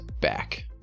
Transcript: back